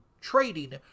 trading